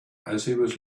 was